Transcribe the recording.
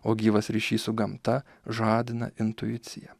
o gyvas ryšys su gamta žadina intuiciją